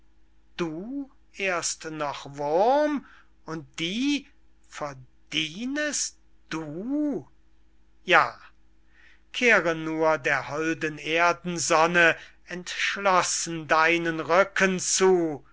du erst noch wurm und die verdienest du ja kehre nur der holden erdensonne entschlossen deinen rücken zu